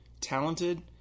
talented